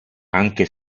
anche